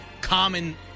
common